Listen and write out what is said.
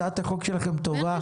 הצעת החוק שלכם טובה,